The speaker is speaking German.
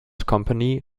company